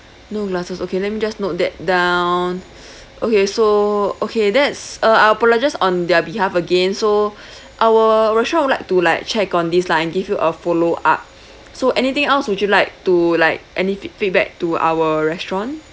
no glasses okay let me just note that down okay so okay that's uh I apologise on their behalf again so our restaurant would like to like check on this lah and give you a follow up so anything else would you like to like any feed~ feedback to our restaurant